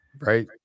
right